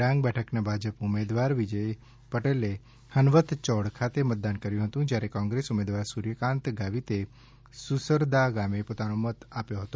ડાંગ બેઠકના ભાજપ ઉમેદવાર વિજય પટેલે હનવત યોડ ખાતે મતદાન કર્યું હતું જ્યારે કોંગ્રેસ ઉમેદવાર સૂર્યકાંત ગાવીતે સુસરદા ગામે પોતાનો મત નાખ્યો હતો